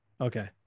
Okay